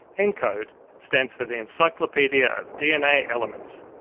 encode stands for the encyclopedia of dna elements.